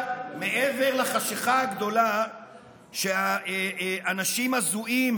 אבל מעבר לחשכה הגדולה שאנשים הזויים